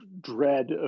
dread